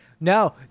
No